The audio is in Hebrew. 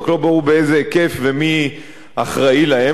רק לא ברור באיזה היקף ומי אחראי להם,